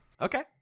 Okay